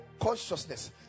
consciousness